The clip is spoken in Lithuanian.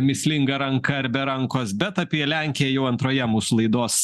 mįslinga ranka ar be rankos bet apie lenkiją jau antroje mūsų laidos